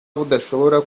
budashobora